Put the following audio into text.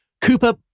Cooper